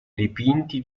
dipinti